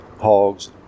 hogs